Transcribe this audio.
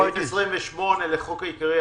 בסעיף 20 לחוק העיקרי,